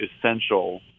essential